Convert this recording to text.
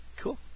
Cool